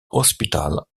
hospital